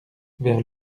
vers